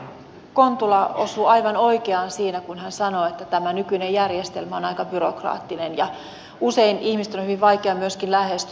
edustaja kontula osuu aivan oikeaan siinä kun hän sanoo että tämä nykyinen järjestelmä on aika byrokraattinen ja usein ihmisten on hyvin vaikea myöskin lähestyä sitä